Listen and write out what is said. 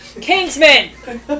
Kingsman